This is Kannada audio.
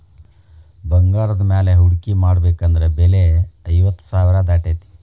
ಬಂಗಾರದ ಮ್ಯಾಲೆ ಹೂಡ್ಕಿ ಮಾಡ್ಬೆಕಂದ್ರ ಬೆಲೆ ಐವತ್ತ್ ಸಾವ್ರಾ ದಾಟೇತಿ